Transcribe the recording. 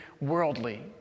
worldly